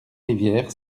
rivière